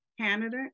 Canada